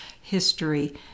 history